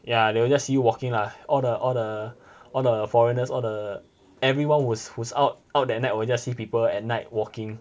yeah they will just see you walking lah all the all the all the foreigners all the everyone who's out out that night will just see people at night walking